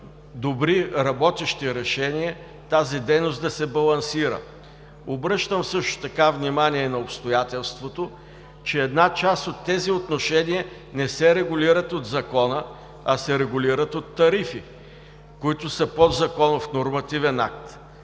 добри, работещи решения тази дейност да се балансира. Обръщам също така внимание на обстоятелството, че една част от тези отношения не се регулират от закона, а се регулират от тарифи, които са подзаконов нормативен акт